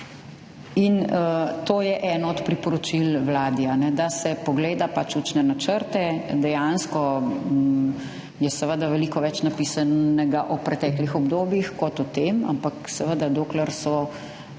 To je eno od priporočil Vladi – da se pogleda učne načrte. Dejansko je seveda veliko več napisanega o preteklih obdobjih kot o tem, ampak seveda, dokler so akterji